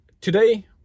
Today